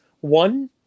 One